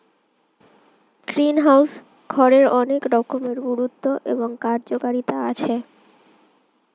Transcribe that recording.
greenhouse ঘরের অনেক রকমের গুরুত্ব এবং কার্যকারিতা আছে